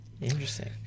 interesting